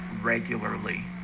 regularly